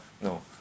No